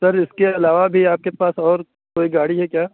سر اس کے علاوہ بھی آپ کے پاس اور کوئی گاڑی ہے کیا